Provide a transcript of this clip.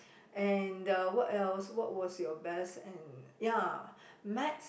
and the what else what was your best and ya Maths